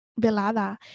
velada